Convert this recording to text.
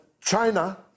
China